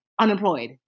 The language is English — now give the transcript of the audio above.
unemployed